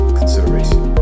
consideration